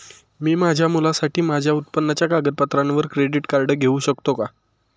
मी माझ्या मुलासाठी माझ्या उत्पन्नाच्या कागदपत्रांवर क्रेडिट कार्ड घेऊ शकतो का?